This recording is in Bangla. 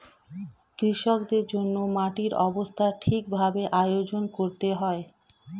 কৃষিকাজের জন্যে মাটির অবস্থা ঠিক ভাবে আয়োজন করতে হয়